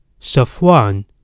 Safwan